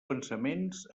pensaments